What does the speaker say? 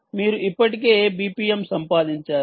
మీరు ఇప్పటికే BPM సంపాదించారు